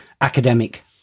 academic